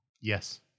Yes